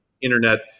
internet